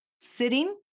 sitting